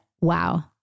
wow